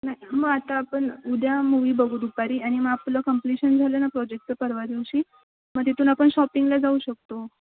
नाही मग आता आपण उद्या मूवी बघू दुपारी आणि मग आपलं कंप्लीशन झालं ना प्रोजेक्टचं परवा दिवशी मग तिथून आपण शॉपिंगला जाऊ शकतो